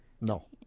No